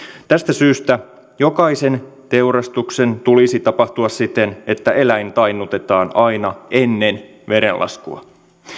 tästä syystä jokaisen teurastuksen tulisi tapahtua siten että eläin tainnutetaan aina ennen verenlaskua